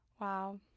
Wow